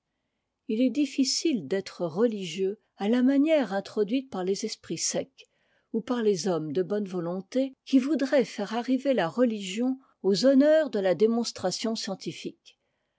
il est difficile d'être religieux à la manière introduite par les esprits secs ou par les hommes de bonne volonté qui voudraient faire arriver la religion aux honneurs de la démonstration scientifique